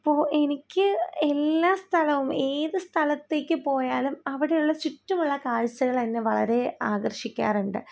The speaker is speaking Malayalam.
അപ്പോൾ എനിക്ക് എല്ലാ സ്ഥലവും ഏതു സ്ഥലത്തേക്കു പോയാലും അവിടെയുള്ള ചുറ്റുമുള്ള കാഴ്ചകളെന്നെ വളരെ ആകർഷിക്കാറുണ്ട്